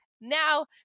now